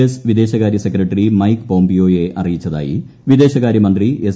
S വിദേശകാര്യ secretary Mike പോംപിയോയെ അറിയിച്ചതായി വിദേശകാര്യമന്ത്രി എസ്